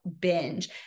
binge